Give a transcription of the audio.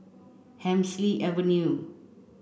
Hemsley Avenue